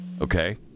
Okay